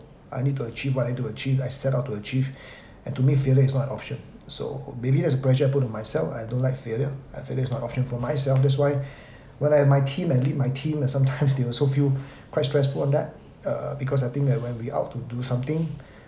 I need to achieve what I do achieve I set out to achieve and to me failure is not an option so maybe that's the pressure I put to myself I don't like failure I failure is not an option for myself that's why when I have my team and lead my team and sometimes they also feel quite stressful on that uh because I think that when we out to do something